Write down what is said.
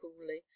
coolly